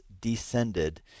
descended